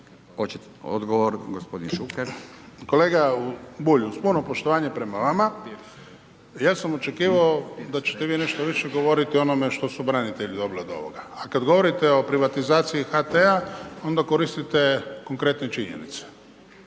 **Šuker, Ivan (HDZ)** Kolega Bulj, uz puno poštovanje prema vama, ja sam očekivao da ćete vi nešto više govoriti o onome što su branitelji dobili od ovoga. A kad govorite o privatizaciji HT-a, onda koristite konkretne činjenice.